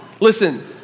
listen